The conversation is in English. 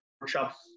workshops